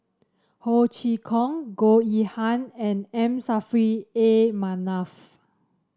Ho Chee Kong Goh Yihan and M Saffri A Manaf